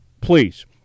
Please